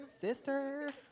sister